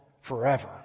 forever